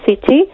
City